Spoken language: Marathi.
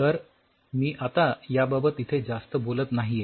तर मी आता या बाबत इथे जास्त बोलत नाहीये